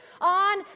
on